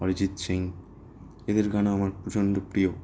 অরিজিৎ সিং এদের গানও আমার প্রচণ্ড প্রিয়